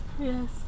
Yes